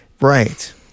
right